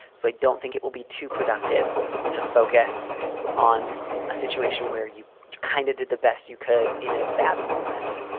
so i don't think it will be too productive to focus on a situation where you kind of did the best you could in a bad moment